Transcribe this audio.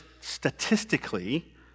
statistically